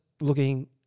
looking